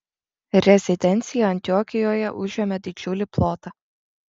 rezidencija antiokijoje užėmė didžiulį plotą